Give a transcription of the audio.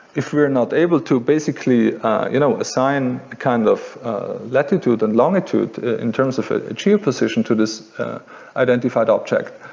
if we are not able to basically you know assign kind of latitude and longitude in terms of a geo-position to this identified object,